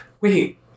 wait